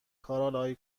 کارل